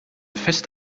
fest